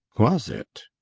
was it?